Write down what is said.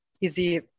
easy